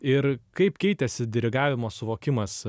ir kaip keitėsi dirigavimo suvokimas